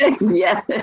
Yes